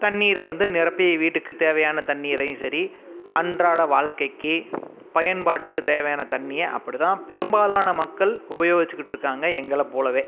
தண்ணிரை வந்து நிரப்பி வீட்டுக்கு தேவையான தண்ணிரையும் சரி அன்றாட வாழ்க்கைக்கு பயன்பாட்டுக்கு தேவையான தண்ணியை அப்படித்தான் பெரும்பாலான மக்கள் உபயோகிச்சிகிட்டு இருக்காங்க எங்களை போலவே